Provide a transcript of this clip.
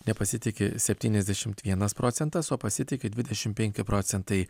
nepasitiki septyniasdešimt vienas procentas o pasitiki dvidešimt penki procentai